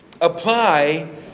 Apply